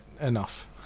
Enough